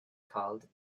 called